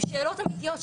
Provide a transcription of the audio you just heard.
עם שאלות אמיתיות,